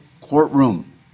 courtroom